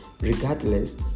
Regardless